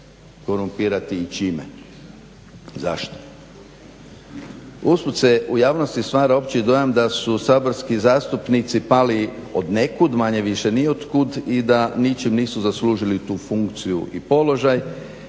korumpirati i čime, zašto. Usput se u stvarnosti stvara opći dojam da su saborski zastupnici pali od nekud manje-više ni od kud i da ničim nisu zaslužili tu funkciju i položaj.